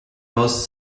most